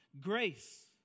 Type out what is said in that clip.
grace